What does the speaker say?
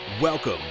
Welcome